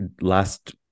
last